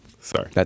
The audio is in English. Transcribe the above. Sorry